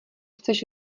chceš